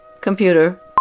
Computer